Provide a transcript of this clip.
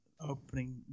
opening